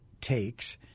takes